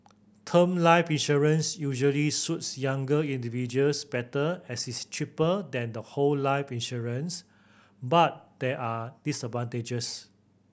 term life insurance usually suits younger individuals better as it's cheaper than the whole life insurance but there are disadvantages